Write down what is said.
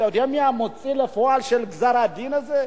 אתה יודע מי המוציא לפועל של גזר-הדין הזה?